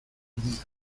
perdidas